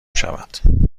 شود